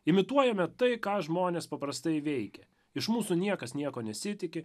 imituojame tai ką žmonės paprastai veikia iš mūsų niekas nieko nesitiki